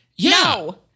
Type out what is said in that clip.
No